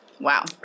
Wow